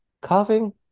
coughing